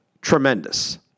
tremendous